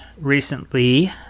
recently